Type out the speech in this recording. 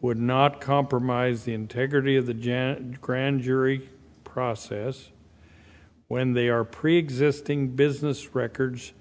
would not compromise the integrity of the jan grand jury process when they are preexisting business records